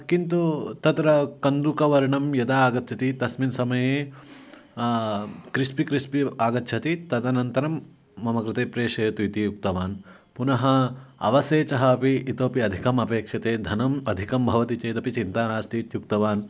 किन्तु तत्र कन्दुकवर्णं यदा आगच्छति तस्मिन् समये क्रिस्पि क्रिस्पि आगच्छति तदनन्तरं मम कृते प्रेषयतु इति उक्तवान् पुनः अवसेचः अपि इतोपि अधिकम् अपेक्षते धनम् अधिकं भवति चेदपि चिन्ता नास्ति इत्युक्तवान्